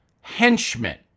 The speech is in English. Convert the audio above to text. henchmen